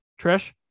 Trish